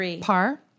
PAR